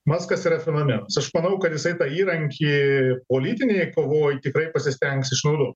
maskas yra fenomenas aš manau kad jisai tą įrankį politinėj kovoj tikrai pasistengs išnaudot